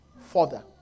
further